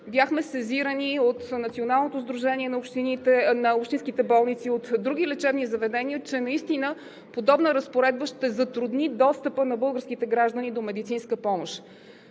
бяхме сезирани от Националното сдружение на общинските болници и от други лечебни заведения, че наистина подобна разпоредба ще затрудни достъпа на българските граждани до медицинска помощ.